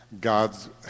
God's